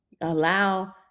Allow